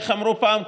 איך אמרו פעם?